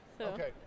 Okay